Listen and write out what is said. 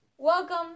Welcome